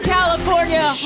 California